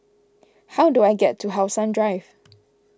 how do I get to How Sun Drive